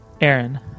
Aaron